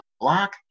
block